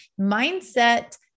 mindset